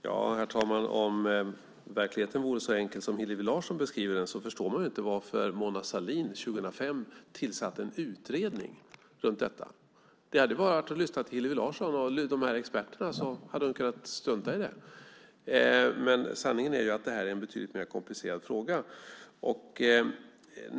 Herr talman! Om verkligheten vore så enkel som Hillevi Larsson beskriver den förstår man inte varför Mona Sahlin år 2005 tillsatte en utredning om detta. Hon hade bara behövt lyssna till Hillevi Larsson och de här experterna så hade hon kunnat strunta i det. Men sanningen är att det är en betydligt mer komplicerad fråga.